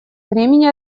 времени